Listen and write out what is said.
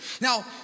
Now